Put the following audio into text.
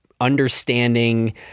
understanding